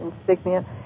insignia